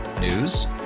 News